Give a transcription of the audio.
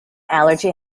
allergy